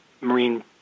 marine